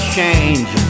change